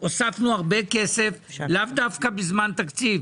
הוספנו הרבה כסף לאו דווקא בזמן תקציב.